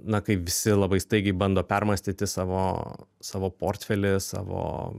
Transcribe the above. na kai visi labai staigiai bando permąstyti savo savo portfelį savo